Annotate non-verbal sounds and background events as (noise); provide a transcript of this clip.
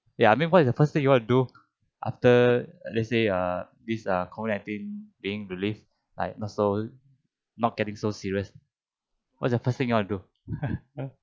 ya I mean what is the first thing you want to do after let's say err this uh COVID-nineteen being relief like not so not getting so serious what's the first thing you want to do (laughs)